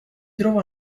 trova